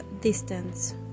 distance